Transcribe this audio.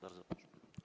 Bardzo proszę.